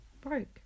broke